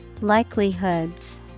Likelihoods